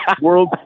World